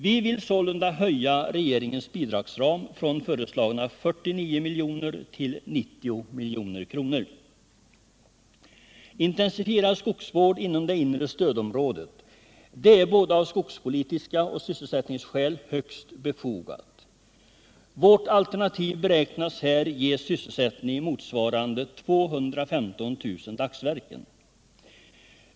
Vi vill sålunda höja regeringens bidragsram från föreslagna 49 milj.kr. till 90 milj.kr. Intensifierad skogsvård inom det inre stödområdet är både av skogspolitiska och sysselsättningsskäl högst befogad. Vårt alternativ beräknas här ge sysselsättning motsvarande 215 000 dagsverken.